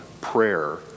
prayer